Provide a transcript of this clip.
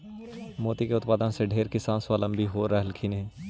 मोती के उत्पादन से ढेर किसान स्वाबलंबी हो रहलथीन हे